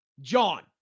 John